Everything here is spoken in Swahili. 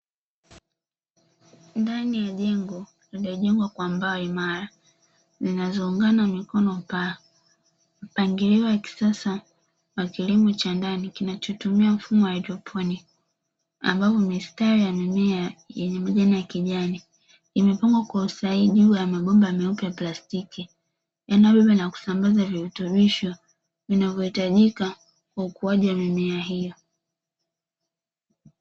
Ndani ya jengo lililojengwa kwa mbao mara zinazoungana mikono upaa mpangilio wa kisasa wa kilimo cha ndani kinachotumia mfumo wa haidroponi, ambapo mistari ya mimea yenye majani ya kijani imepangwa kwa usahihi juu ya magonjwa ya meupe ya plastiki, yanayobeba inakusambaza virutubisho vinavyohitajika kwa ukuaji wa mimea hiyo.